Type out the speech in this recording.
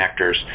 connectors